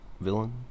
villain